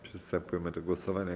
Przystępujemy do głosowania.